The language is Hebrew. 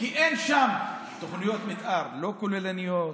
כי אין שם תוכניות מתאר, לא כוללניות,